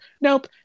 Nope